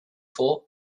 for